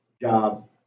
job